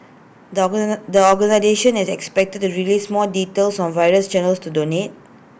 the organisation is expected to the release more details on various channels to donate